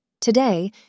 Today